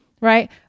right